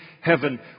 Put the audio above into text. heaven